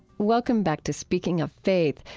welcome back to speaking of faith,